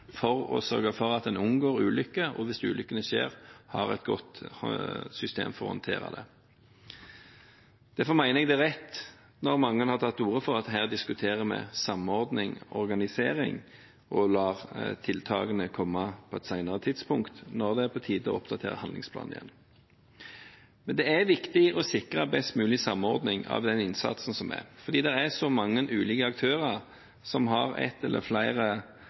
for å sørge for at en unngår ulykker, og at en, hvis ulykkene skjer, har et godt system for å håndtere det. Derfor mener jeg det er rett når mange har tatt til orde for at vi her diskuterer samordning og organisering og lar tiltakene komme på et senere tidspunkt, når det er på tide å oppdatere handlingsplanen igjen. Men det er viktig å sikre best mulig samordning av innsatsen fordi det er så mange ulike aktører som har ett eller flere